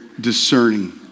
discerning